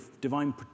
divine